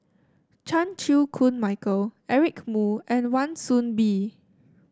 Chan Chew Koon Michael Eric Moo and Wan Soon Bee